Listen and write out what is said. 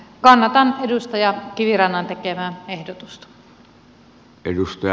kannatan edustaja kivirannan tekemää ehdotusta